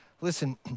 Listen